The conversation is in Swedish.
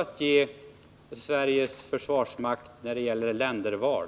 att ge Sveriges försvarsmakt den dag det gäller länderval?